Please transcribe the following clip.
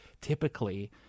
typically